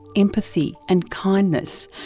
empathy, and kindness,